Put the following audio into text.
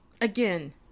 again